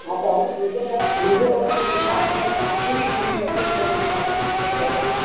हा त हल मुंहिंजे घर मुंहिंजे घर में बि शादी आहे त मूंखे बि थोरी शॉपिंग करिणी आहे त हल पाण ॿई गॾु हलूं